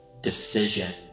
decision